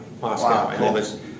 Moscow